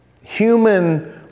Human